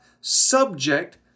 subject